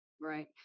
Right